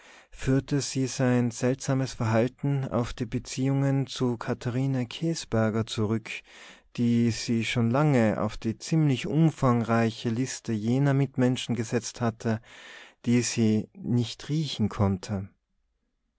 führte sie sein seltsames verhalten auf die beziehungen zu katharine käsberger zurück die sie schon lange auf die ziemlich umfangreiche liste jener mitmenschen gesetzt hatte die sie net rieche konnte